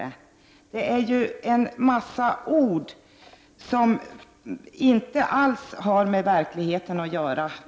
Era inlägg innehåller bara en massa ord som inte alls har med verkligheten att göra.